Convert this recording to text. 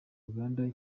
uganda